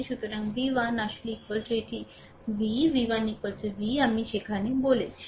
সুতরাং V 1 আসলে এটি V V 1 V আমি সেখানে বলেছি